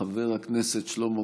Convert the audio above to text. חבר הכנסת שלמה קרעי,